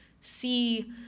see